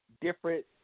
different